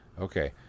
Okay